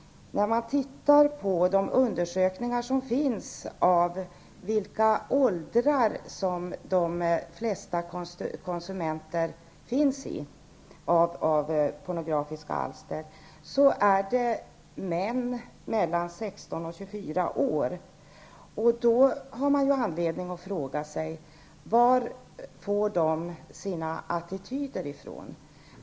När man tittar på de undersökningar som har gjorts om vilka åldrar de flesta konsumenter av pornografiska alster befinner sig i finner man att de är män mellan 16 och 24 år. Man har därför anledning att fråga sig: Varifrån får de sina attityder?